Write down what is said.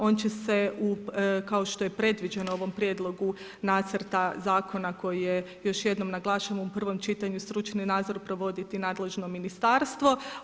On će se kao što je predviđeno u ovom Prijedlogu nacrta zakona koji je još jednom naglašen u prvom čitanju stručni nadzor provoditi nadležno ministarstvo.